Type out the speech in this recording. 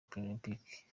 paralempike